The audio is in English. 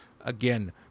again